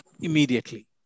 immediately